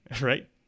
right